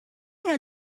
how